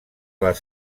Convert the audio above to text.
les